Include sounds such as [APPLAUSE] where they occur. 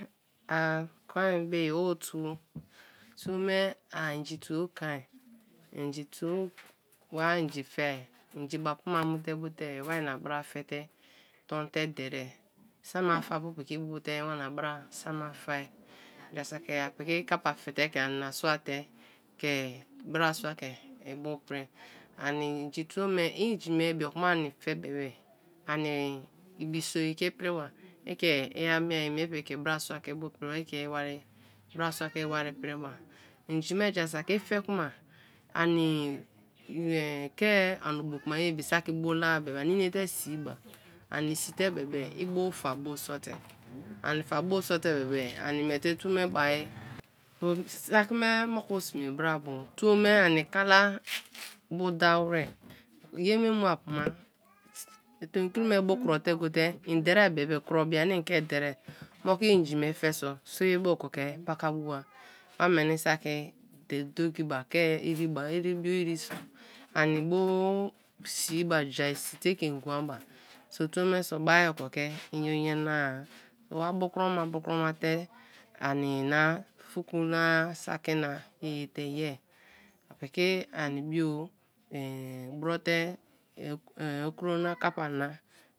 A kon be ye o tuo, tuo me a inji tuo ken inji tuo wa inji fe; inji ba-apu ma mu te bo te wa bra fe te ton te derie, sama fe bu piki wana bra sa ma fe; jaa saki apiki kappa fe te ke ani suate ke brasua ke ibu prin, ani inji tuo me inji me ibio kuma fe bebe ani ibi soye ke priba i ke i a miea mieba, i piki ke brasua ke ibu priba; i ke [UNINTELLIGIBLE] brasua ke i wari priba; inji me jaa saki i fe kma ani ke ani obo kuma ye ibi saki bu la be be ani inete sii ba ani sii te be ani miete toome bai [UNINTELLIGIBLE] saki me moku sme bra bo tuo me ani kala [NOISE] bu daa wer, ye me mua puma [HESITATION] tomkri me bo kro te go te en derie bebe kro be ani ke deria, moku inji me fe so soye ba okoni ke paka boa wa meni saki ba ke dogi ma ke iriba, iribu, iriso, ani bo siiba, ja si te i ke ngwa ba so tuo me so bai oki ke inyo nyana-a wa bu kroma bu kro ma bu kro ma te ani na fuku na saki na ye ye te ye apiki ani bio [HESITATION] bro te [HESITATION] okro na kappa na.